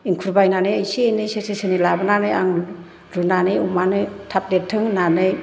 एंखुर बायनानै एसे एनै सेरसे सेरनै लाबोनानै आं रुनानै अमानो थाब देरथों होन्नानै